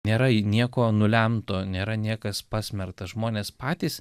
nėra nieko nulemto nėra niekas pasmerktas žmonės patys